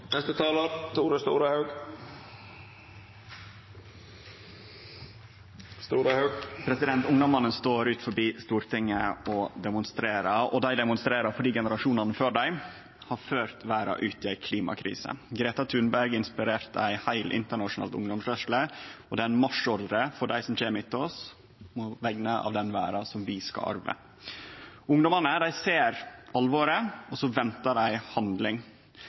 står utanfor Stortinget og demonstrerer, og dei demonstrerer fordi generasjonane før dei har ført verda ut i ei klimakrise. Greta Thunberg inspirerte ei heil internasjonal ungdomsrørsle, og det er ein marsjordre frå dei som kjem etter oss, på vegner av den verda dei skal arve. Ungdommane ser alvoret, og